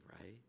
right